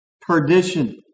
perdition